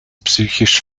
psychisch